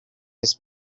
his